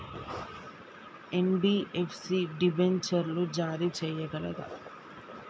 NBFC డిబెంచర్లు జారీ చేయగలదా?